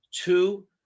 Two